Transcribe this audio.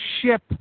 ship